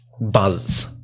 buzz